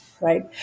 right